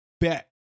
Bet